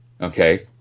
Okay